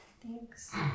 thanks